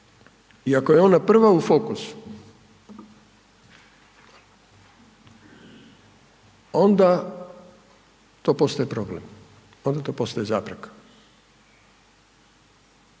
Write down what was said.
i ako je ona prva u fokusu onda to postaje problem, onda to postaje zapreka.